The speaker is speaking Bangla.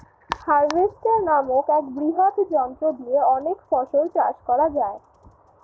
হার্ভেস্টার নামক এক বৃহৎ যন্ত্র দিয়ে অনেক ফসল চাষ করা যায়